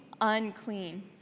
unclean